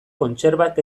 kontserbak